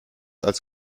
als